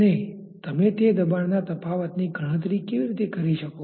અને તમે તે દબાણના તફાવતની ગણતરી કેવી રીતે કરી શકો